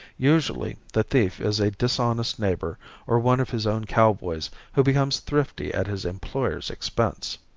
usually the thief is a dishonest neighbor or one of his own cowboys who becomes thrifty at his employer's expense.